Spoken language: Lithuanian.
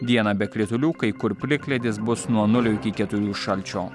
dieną be kritulių kai kur plikledis bus nuo nulio iki keturių šalčio